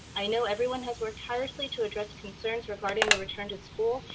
i know everyone has worked tirelessly to address concerns regarding the return to school.